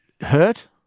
hurt